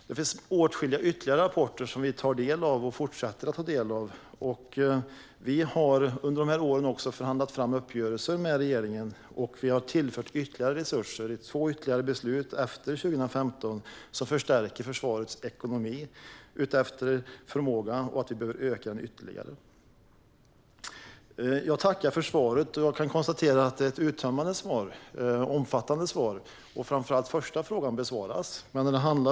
Det finns åtskilliga ytterligare rapporter som vi fortsätter att ta del av. Under dessa år har vi förhandlat fram uppgörelser med regeringen och har tillfört ytterligare resurser i två beslut efter 2015, vilka förstärker försvarets ekonomi och utgår från vår förmåga och att vi behöver öka den. Jag tackar för ett uttömmande och omfattande svar. Framför allt besvaras min första fråga.